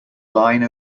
line